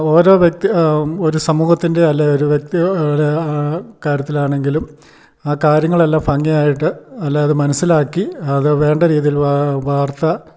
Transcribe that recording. ഓരോ വ്യക്തി ഒരു സമൂഹത്തിൻ്റെ അല്ലേ ഒരു വ്യക്തിയുടെയോ കാര്യത്തിൽ ആണെങ്കിലും ആ കാര്യങ്ങൾ എല്ലാം ഭംഗിയായിട്ട് അല്ലാ അത് മനസ്സിലാക്കി അത് വേണ്ട രീതിയിൽ വാർത്ത